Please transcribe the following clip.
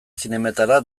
zinemetara